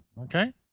Okay